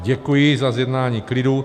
Děkuji za zjednání klidu.